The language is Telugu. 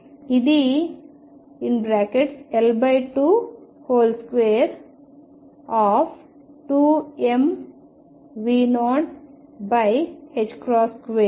ఇప్పుడు XαL2 2m2 L2